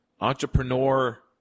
entrepreneur